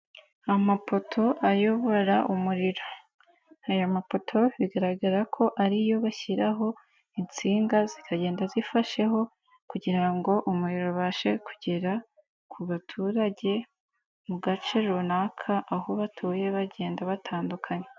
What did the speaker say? Amapoto ayobora umuriro, aya mapoto bigaragara ko ariyo bashyiraho insinga zikagenda zifasheho kugira ngo umuriro ubashe kugera ku baturage mu gace runaka aho batuye bagenda batandukanye.